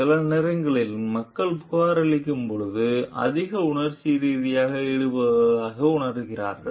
சில நேரங்களில் மக்கள் புகார் அளிக்கும்போது அதிக உணர்ச்சி ரீதியாக ஈடுபடுவதாக உணர்கிறார்கள்